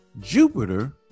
Jupiter